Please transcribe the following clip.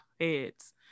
heads